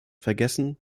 vergessen